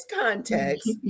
context